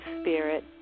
spirit